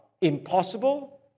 impossible